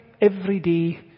everyday